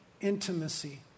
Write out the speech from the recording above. intimacy